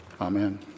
Amen